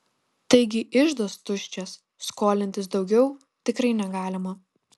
taigi iždas tuščias skolintis daugiau tikrai negalima